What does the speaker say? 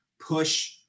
push